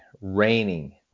raining